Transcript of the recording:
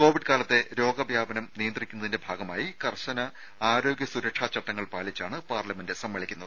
Covid കാലത്തെ രോഗവ്യാപനം തടയുന്നതിന് കർശന ആരോഗ്യ സുരക്ഷാ ചട്ടങ്ങൾ പാലിച്ചാണ് പാർലമെന്റ് സമ്മേളിക്കുന്നത്